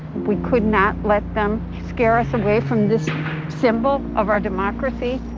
we could not let them scare us away from this symbol of our democracy.